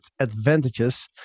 advantages